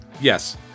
Yes